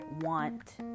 want